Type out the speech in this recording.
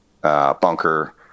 bunker